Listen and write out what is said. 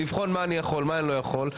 לבחון מה אני יכול ומה אני לא יכול.